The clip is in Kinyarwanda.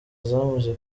zamaze